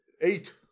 Eight